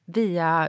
via